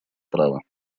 права